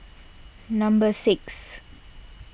number six